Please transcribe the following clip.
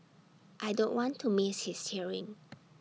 I don't want to miss his hearing